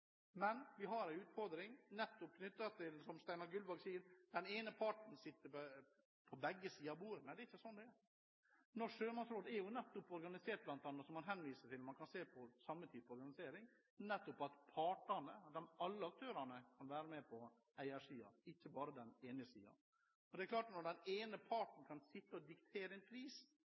Men vi har en utfordring knyttet til – som Steinar Gullvåg sier – at den ene parten sitter på begge sider av bordet. Nei, det er ikke slik det er. Norges sjømatråd er organisert, som man henviser til når man ser på samme type organisering, ved at partene – alle aktørene – kan være med på eiersiden, ikke bare den ene siden. Når den ene parten kan sitte og diktere en pris,